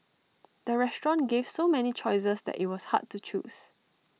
the restaurant gave so many choices that IT was hard to choose